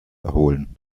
erholen